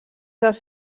dels